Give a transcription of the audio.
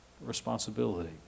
responsibility